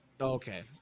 Okay